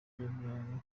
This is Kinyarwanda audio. nyaburanga